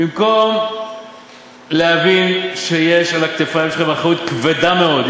במקום להבין שיש על הכתפיים שלכם אחריות כבדה מאוד,